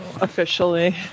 officially